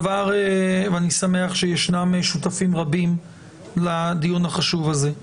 אני שמח שישנם שותפים רבים לדיון החשוב הזה.